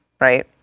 right